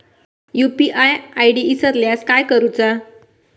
UPI ID इसरल्यास काय करुचा?